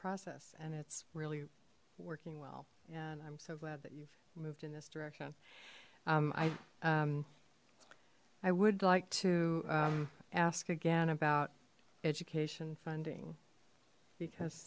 process and it's really working well and i'm so glad that you've moved in this direction i i would like to ask again about education funding because